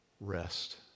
rest